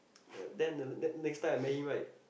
the then the then next time I met him right